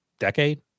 decade